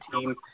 team